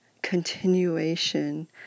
continuation